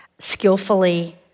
skillfully